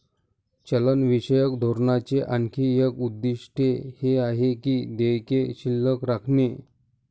चलनविषयक धोरणाचे आणखी एक उद्दिष्ट हे आहे की देयके शिल्लक राखणे